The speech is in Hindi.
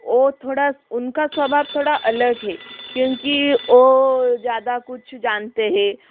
ओ थोड़ा उनका स्वाभाव थोड़ा अलग है क्योंकि ओ ज़्यादा कुछ जानते है